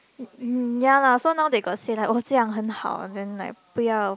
um ya lah so now they got said like 这样很好 then like 不要